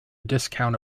discount